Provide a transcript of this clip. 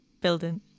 building